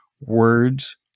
words